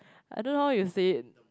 I don't know how you say it